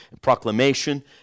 proclamation